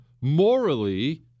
morally